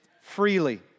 freely